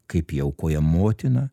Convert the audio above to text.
kaip ją aukoja motina